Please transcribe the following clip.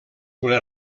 una